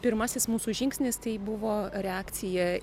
pirmasis mūsų žingsnis tai buvo reakcija